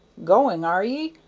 goin', are ye?